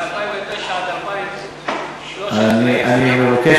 הייתי שר מ-2009 עד 2013. אני מבקש,